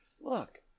Look